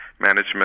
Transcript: management